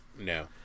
No